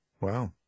Wow